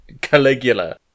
Caligula